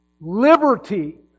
liberty